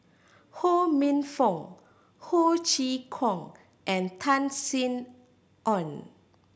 Ho Minfong Ho Chee Kong and Tan Sin Aun